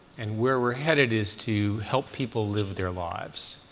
and where we're headed is to help people live their lives.